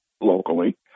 locally